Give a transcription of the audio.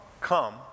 come